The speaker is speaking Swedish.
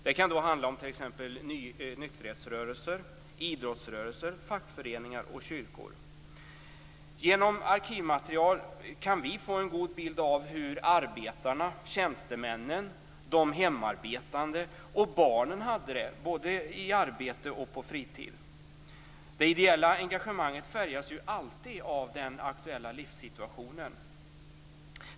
Det kan handla om nykterhetsrörelser, idrottsrörelser, fackföreningar och kyrkor. Genom arkivmaterial kan vi få en god bild av hur arbetarna, tjänstemännen, de hemarbetande och barnen hade det både i sitt arbete och på sin fritid. Det ideella engagemanget färgas ju alltid av den aktuella livssituationen.